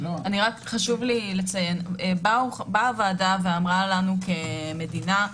חשוב לי לציין הוועדה אמרה לנו כמדינה: